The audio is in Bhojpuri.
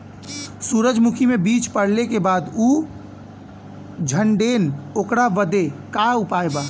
सुरजमुखी मे बीज पड़ले के बाद ऊ झंडेन ओकरा बदे का उपाय बा?